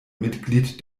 mitglied